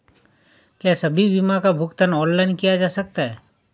क्या सभी बीमा का भुगतान ऑनलाइन किया जा सकता है?